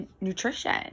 nutrition